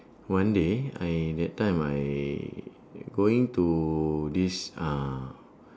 one day I that time I going to this uh